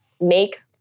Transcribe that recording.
make